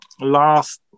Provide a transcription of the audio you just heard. last